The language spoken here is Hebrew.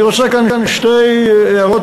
אני רוצה כאן לומר שתי הערות,